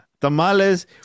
tamales